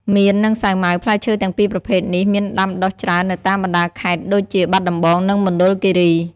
មៀន និងសាវម៉ាវ ផ្លែឈើទាំងពីរប្រភេទនេះមានដាំដុះច្រើននៅតាមបណ្តាខេត្តដូចជា បាត់ដំបង និងមណ្ឌលគិរី។